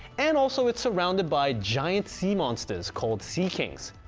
and also it's surrounded by giant sea monsters called sea kings.